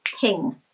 ping